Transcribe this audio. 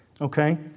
okay